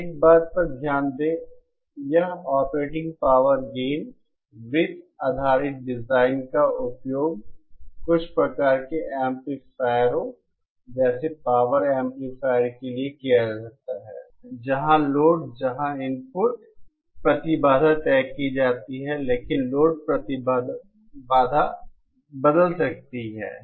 अब एक बात पर ध्यान दें यह ऑपरेटिंग पावर गेन वृत्त आधारित डिज़ाइन का उपयोग कुछ प्रकार के एम्पलीफायरों जैसे पावर एम्पलीफायरों के लिए किया जा सकता है जहां लोड जहां इनपुट प्रतिबाधा तय की जाती है लेकिन लोड प्रतिबाधा बदल सकती है